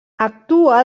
actua